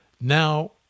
Now